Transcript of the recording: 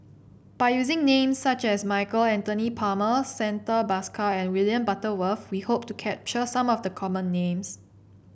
by using names such as Michael Anthony Palmer Santha Bhaskar and William Butterworth we hope to capture some of the common names